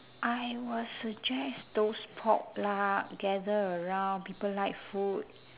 I will suggest those potluck gather around people like food